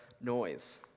noise